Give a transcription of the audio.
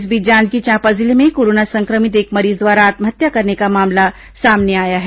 इस बीच जांजगीर चांपा जिले में कोरोना संक्रमित एक मरीज द्वारा आत्महत्या करने का मामला सामने आया है